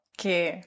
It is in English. Okay